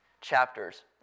chapters